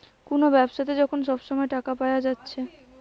কুনো ব্যাবসাতে যখন সব সময় টাকা পায়া যাচ্ছে